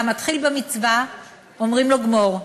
המתחיל במצווה אומרים לו: גמור.